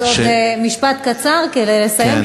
אז עוד משפט קצר כדי לסיים,